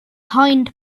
hind